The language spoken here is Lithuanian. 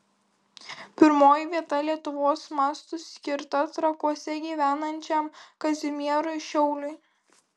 pirmoji vieta lietuvos mastu skirta trakuose gyvenančiam kazimierui šiauliui